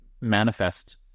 manifest